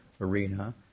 arena